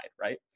right